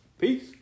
Peace